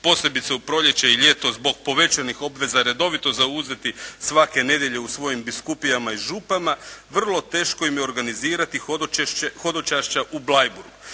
posebice u proljeće i ljeto, zbog povećanih obveza redovito zauzeti svake nedjelje u svojim biskupijama i župama vrlo teško im je organizirati hodočašća u Bleiburgu.